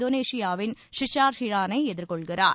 இந்தோனேஷியாவின் ஷிசார் ஹிரானை எதிர்கொள்கிறார்